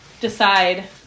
decide